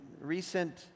recent